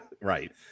right